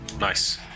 Nice